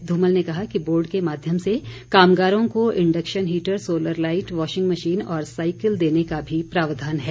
धूमल ने कहा कि बोर्ड के माध्यम से कामगारों को induction heater solar light washing machine और साईकिल देने का भी प्रावधान है